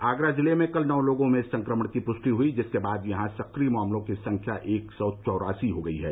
आगरा जिले में कल नौ लोगों में संक्रमण की पुष्टि हुई जिसके बाद यहां सक्रिय मामलों की संख्या एक सौ चौरासी हो गई है